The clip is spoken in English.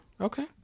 Okay